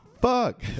fuck